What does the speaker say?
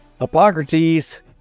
Hippocrates